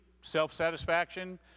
self-satisfaction